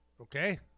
okay